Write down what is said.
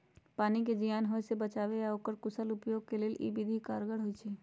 पानी के जीयान होय से बचाबे आऽ एकर कुशल उपयोग के लेल इ विधि कारगर होइ छइ